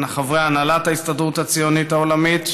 חברי הנהלת ההסתדרות הציונית העולמית,